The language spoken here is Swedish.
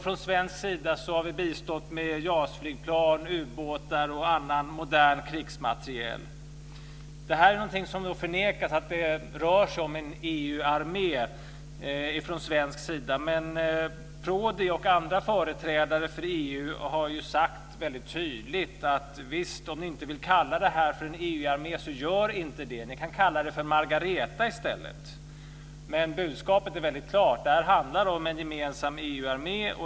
Från svensk sida har vi bistått med JAS Det förnekas från svensk sida att det rör sig om en EU-armé men Prodi och andra företrädare för EU har väldigt tydligt sagt: Visst, om ni inte vill kalla det här för en EU-armé, gör då inte det! Ni kan i stället kalla det för Margareta. Budskapet är väldigt klart. Det handlar om en gemensam EU-armé.